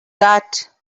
that